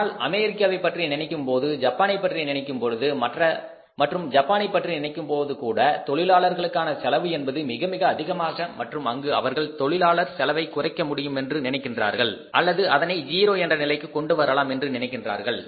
ஆனால் அமெரிக்காவைப் பற்றி நினைக்கும் போது ஐரோப்பாவை பற்றி நினைக்கும் பொழுது மற்றும் ஜப்பானை பற்றி நினைக்கும் போது கூட தொழிலாளர்களுக்கான செலவு என்பது மிக மிக அதிகமாகும் மற்றும் அங்கு அவர்கள் தொழிலாளர் செலவை குறைக்க முடியும் என்று நினைக்கின்றார்கள் அல்லது அதனை 0 என்ற நிலைக்கு கொண்டு வரலாம் என்று நினைக்கின்றார்கள்